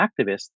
activists